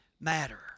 matter